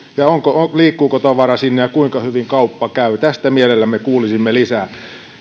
ja liikkuuko tavara sinne ja kuinka hyvin kauppa käy tästä mielellämme kuulisimme lisää